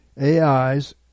AI's